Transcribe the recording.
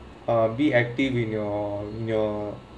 be active when you're you're